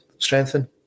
Strengthen